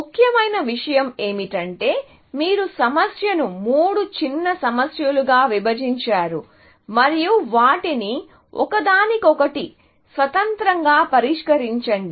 ముఖ్యమైన విషయం ఏమిటంటే మీరు సమస్యను మూడు చిన్న సమస్యలుగా విభజించారు మరియు వాటిని ఒకదానికొకటి స్వతంత్రంగా పరిష్కరించండి